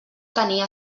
tenia